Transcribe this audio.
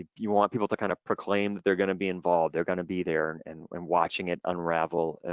ah you want people to kind of proclaim they're gonna be involved, they're gonna be there and watching it unravel, and